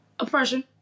oppression